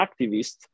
activist